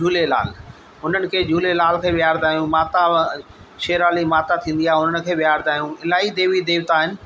झूलेलाल उन्हनि खे झूलेलाल खे विहारींदा आहियूं माता शेरावाली माता थींदी आहे उन्हनि खे विहारींदा आहियूं इलाही देवी देवता आहिनि